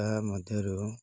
ତାହା ମଧ୍ୟରୁ